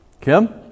Kim